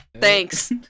Thanks